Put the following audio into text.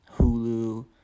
Hulu